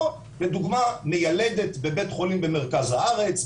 או לדוגמא מיילדת בבית חולים במרכז הארץ,